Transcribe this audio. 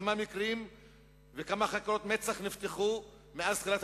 כמה מקרים וכמה חקירות מצ"ח נפתחו מאז תחילת